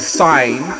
sign